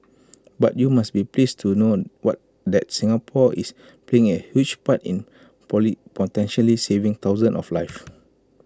but you must be pleased to know what that Singapore is playing A huge part in poly potentially saving thousands of lives